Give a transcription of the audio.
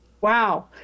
Wow